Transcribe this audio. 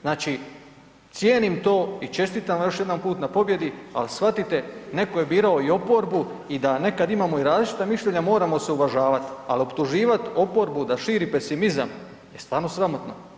Znači, cijenim to i čestitam vam još jedanput na pobjedi, ali shvatite neko je birao i oporbu i da nekad imamo različita mišljenja moramo se uvažavat, al optuživat oporbu da širi pesimizam je stvarno sramotno.